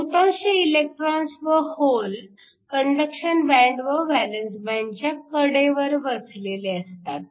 बहुतांश इलेकट्रोन्स व hole conduction band व व्हॅलन्स बँडच्या कडेवर वसलेले असतात